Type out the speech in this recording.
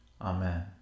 Amen